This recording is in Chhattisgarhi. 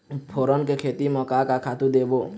फोरन के खेती म का का खातू देबो?